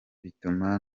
bituma